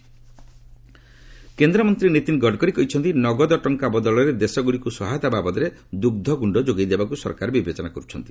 Gadkari milk କେନ୍ଦ୍ରମନ୍ତ୍ରୀ ନୀତିନ ଗଡ଼କରି କହିଛନ୍ତି ନଗଦ ଟଙ୍କା ବଦଳରେ ଦେଶଗୁଡ଼ିକୁ ସହାୟତା ବାବଦରେ ଦୁଗ୍ଧଗୁଣ୍ଡ ଯୋଗାଇ ଦେବାକୁ ସରକାର ବିବେଚନା କରୁଛନ୍ତି